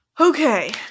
Okay